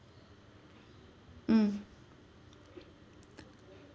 mm